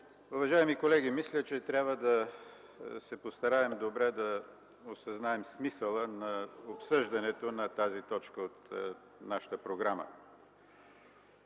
Уважаеми колеги, мисля, че трябва да се постараем добре да осъзнаем смисъла на обсъждането на тази точка от нашата програма.